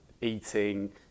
eating